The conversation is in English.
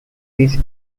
his